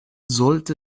sollte